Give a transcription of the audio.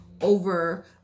Over